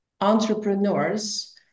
entrepreneurs